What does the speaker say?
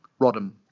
Rodham